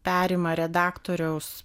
perima redaktoriaus